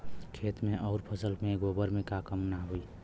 खेत मे अउर फसल मे गोबर से कम ना होई?